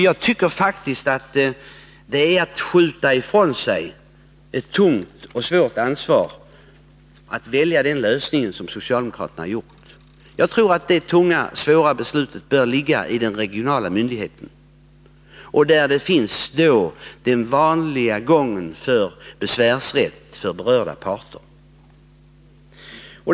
Jag tycker faktiskt att den lösning som socialdemokraterna har valt innebär att man skjuter ifrån sig ett tungt och svårt ansvar. Jag tycker att det tunga, svåra beslutet bör fattas av den regionala myndigheten. Då har man kvar den vanliga gången när det gäller besvärsrätt för berörda parter.